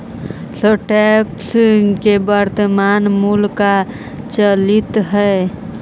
stocks के वर्तनमान मूल्य का चलित हइ